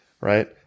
right